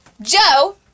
Joe